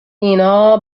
اینها